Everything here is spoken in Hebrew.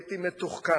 פוליטי מתוחכם